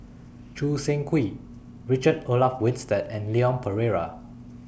Choo Seng Quee Richard Olaf Winstedt and Leon Perera